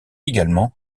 également